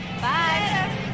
Bye